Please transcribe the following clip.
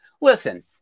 listen